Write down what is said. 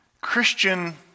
Christian